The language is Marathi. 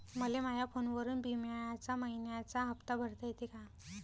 मले माया फोनवरून बिम्याचा मइन्याचा हप्ता भरता येते का?